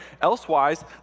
Elsewise